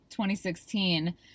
2016